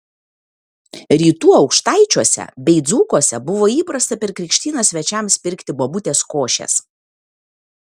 rytų aukštaičiuose bei dzūkuose buvo įprasta per krikštynas svečiams pirkti bobutės košės